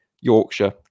Yorkshire